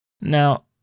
Now